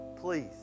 Please